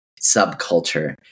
subculture